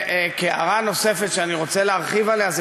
הערה נוספת שאני רוצה להרחיב עליה זה